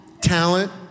talent